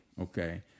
okay